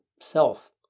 self